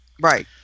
right